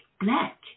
black